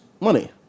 money